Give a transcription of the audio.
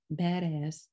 badass